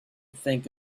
think